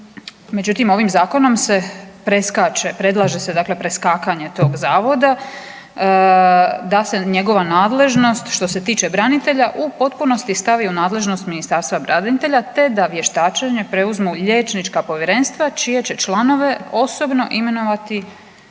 međutim ovim Zakonom se predlaže se dakle preskakanje tog Zavoda da se njegova nadležnost što se tiče branitelja u potpunosti stavi u nadležnost Ministarstva branitelja te da vještačenje preuzmu liječnička povjerenstva čije će članove osobno imenovati